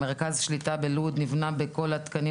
מרכז השליטה בלוד נבנה בכל התקנים